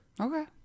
Okay